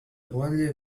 only